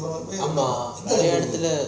ஆமா நெறய எடத்துல:ama neraya eadathula